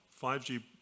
5G